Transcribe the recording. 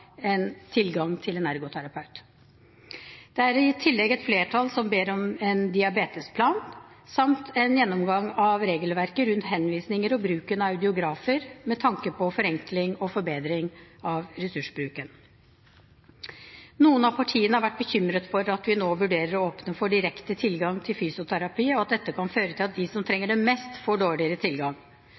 tilgang til en ergoterapeut. Det er i tillegg et flertall som ber om en diabetesplan samt en gjennomgang av regelverket rundt henvisninger og bruken av audiografer, med tanke på forenkling og forbedring av ressursbruken. Noen av partiene har vært bekymret for at vi nå vurderer å åpne for direkte tilgang til fysioterapi, og at dette kan føre til at de som trenger det mest, får dårligere tilgang.